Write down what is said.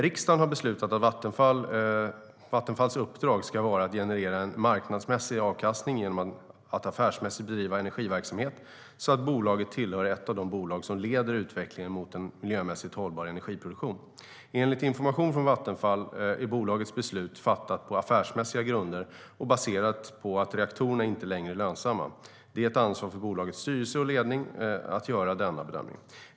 Riksdagen har beslutat att Vattenfalls uppdrag ska vara att generera en marknadsmässig avkastning genom att affärsmässigt bedriva energiverksamhet så att bolaget tillhör ett av de bolag som leder utvecklingen mot en miljömässigt hållbar energiproduktion. Enligt information från Vattenfall är bolagets beslut fattat på affärsmässiga grunder och baserar sig på att reaktorerna inte längre är lönsamma. Det är ett ansvar för bolagets styrelse och ledning att göra denna bedömning.